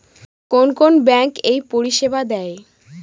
কোন কোন ব্যাঙ্ক এই পরিষেবা দেয়?